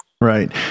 right